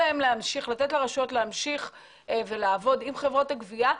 ולתת לרשויות להמשיך לעבוד עם חברות הגבייה.